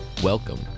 Welcome